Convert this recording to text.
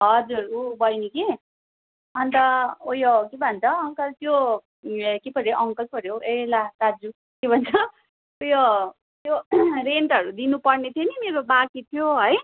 हजुर ऊ बैनी कि अन्त उयो के भन्छ अङ्कल त्यो के पर्यो अङ्कल पर्यो ए ला दाजु के भन्छ त्यो त्यो रेन्टहरू दिनुपर्ने थियो नि मेरो बाँकी थियो है